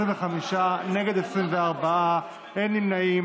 25, נגד, 24, אין נמנעים.